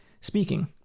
speaking